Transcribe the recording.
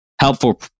helpful